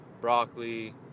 broccoli